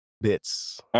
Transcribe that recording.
bits